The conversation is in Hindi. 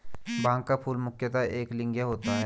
भांग का फूल मुख्यतः एकलिंगीय होता है